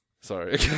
sorry